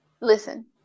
listen